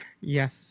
Yes